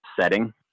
setting